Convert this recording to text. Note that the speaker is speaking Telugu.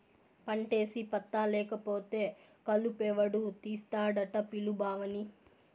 పంటేసి పత్తా లేకపోతే కలుపెవడు తీస్తాడట పిలు బావని